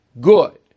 good